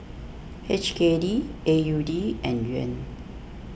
H K D A U D and Yuan